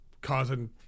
causing